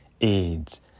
AIDS